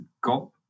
got